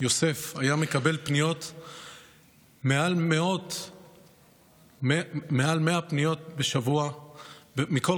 יוסף היה מקבל מעל 100 פניות בשבוע מכל